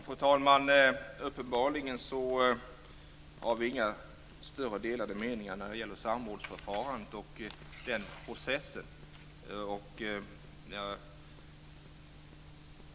Fru talman! Vi har uppenbarligen inga delade meningar när det gäller samrådsförfarandet och den processen.